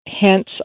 hence